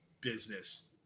business